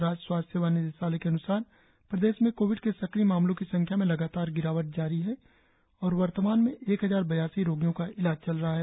राज्य स्वास्थ्य सेवा निदेशालय के अनुसार प्रदेश में कोविड के सक्रिय मामलों की संख्या में लगातार गिरावट जारी है और वर्तमान में एक हजार बयासी रोगियों का इलाज चल रहा है